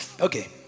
Okay